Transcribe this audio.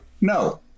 No